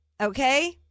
okay